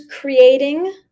creating